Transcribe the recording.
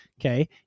okay